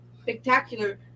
spectacular